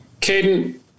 Caden